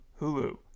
Hulu